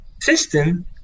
system